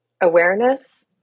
awareness